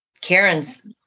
Karen's